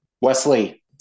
Wesley